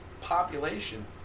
population